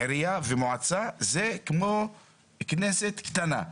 שעירייה ומועצה היא כמו כנסת קטנה.